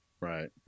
Right